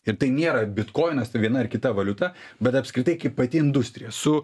ir tai nėra bitkoinas ten viena ar kita valiuta bet apskritai kaip pati industrija su